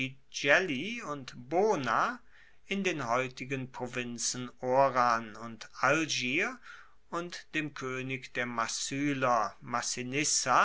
und bona in den heutigen provinzen oran und algier und dem koenig der